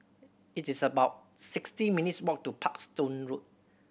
it is about sixty minutes' walk to Parkstone Road